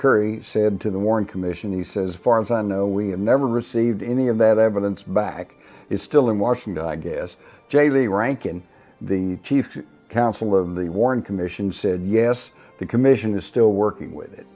curry said to the warren commission he says far as i know we never received any of that evidence back is still in washington i guess j v rankin the chief counsel of the warren commission said yes the commission is still working with it